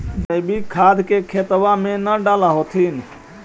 जैवीक खाद के खेतबा मे न डाल होथिं?